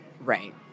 Right